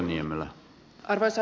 arvoisa puhemies